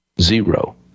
Zero